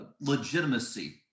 legitimacy